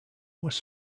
was